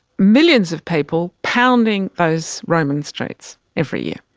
millions of people pounding those roman streets every year.